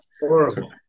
Horrible